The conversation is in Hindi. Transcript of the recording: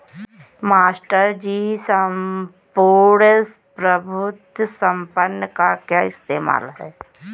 मास्टर जी सम्पूर्ण प्रभुत्व संपन्न का क्या इस्तेमाल है?